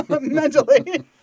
mentally